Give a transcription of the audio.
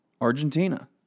Argentina